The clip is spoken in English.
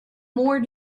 more